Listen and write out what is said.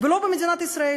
ולא במדינת ישראל,